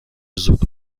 زود